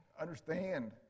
understand